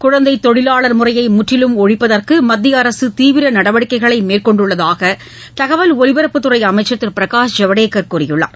குழந்தை தொழிலாளர் முறையை முற்றிலும் ஒழிப்பதற்கு மத்திய அரசு தீவிர நடவடிக்கைகளை மேற்கொண்டுள்ளதாக தகவல் ஒலிபரப்புத் துறை அமைச்சர் திரு பிரகாஷ் ஐவ்டேகர் கூறியுள்ளார்